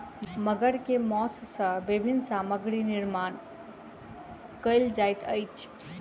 मगर के मौस सॅ विभिन्न सामग्री निर्माण कयल जाइत अछि